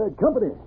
company